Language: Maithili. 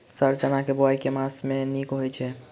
सर चना केँ बोवाई केँ मास मे नीक होइ छैय?